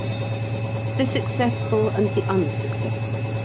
the successful and the unsuccessful